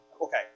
Okay